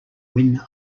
win